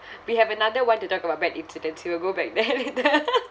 we have another [one] to talk about bad incidents we will go back there later